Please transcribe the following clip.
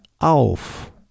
auf